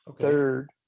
Third